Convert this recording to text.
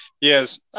yes